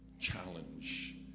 challenge